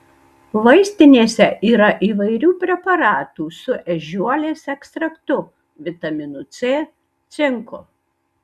vaistinėse yra įvairių preparatų su ežiuolės ekstraktu vitaminu c cinku